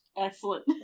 Excellent